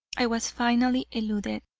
i was finally eluded,